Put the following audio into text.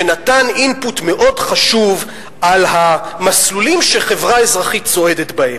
שנתן input מאוד חשוב על המסלולים שחברה אזרחית צועדת בהם.